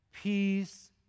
Peace